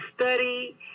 study